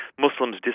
Muslims